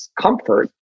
comfort